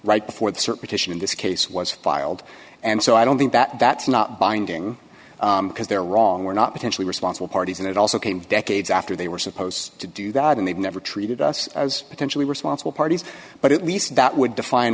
right before the certification in this case was filed and so i don't think that that's not binding because they're wrong we're not potentially responsible parties and it also came decades after they were supposed to do that and they've never treated us as potentially responsible parties but at least that would define